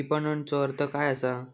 विपणनचो अर्थ काय असा?